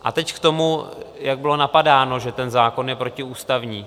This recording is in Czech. A teď k tomu, jak bylo napadáno, že ten zákon je protiústavní.